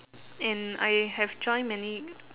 and I have joined many